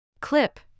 Clip